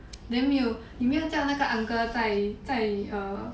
then 你没有你没有叫那个 uncle 在在 err